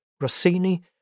Rossini